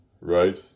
right